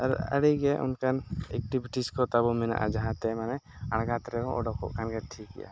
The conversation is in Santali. ᱟᱨ ᱟᱹᱰᱤᱜᱮ ᱚᱱᱠᱟᱱ ᱮᱠᱴᱤᱵᱷᱤᱴᱤᱥ ᱠᱚ ᱛᱟᱵᱚᱱ ᱢᱮᱱᱟᱜᱼᱟ ᱡᱟᱦᱟᱸ ᱛᱮ ᱢᱟᱱᱮ ᱟᱬᱜᱟᱛ ᱨᱮ ᱦᱚᱸ ᱚᱰᱚᱠᱚᱜ ᱠᱷᱟᱱ ᱜᱮ ᱴᱷᱤᱠ ᱜᱮᱭᱟ